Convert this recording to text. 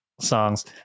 songs